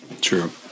True